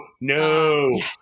no